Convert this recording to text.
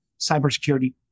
cybersecurity